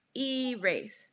Erase